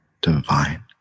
divine